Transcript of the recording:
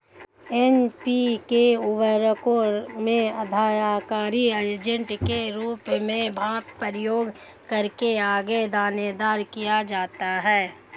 NPK उर्वरकों में बाध्यकारी एजेंट के रूप में भाप का उपयोग करके आगे दानेदार किया जाता है